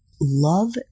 Love